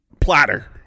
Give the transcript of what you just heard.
platter